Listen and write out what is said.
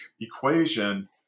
equation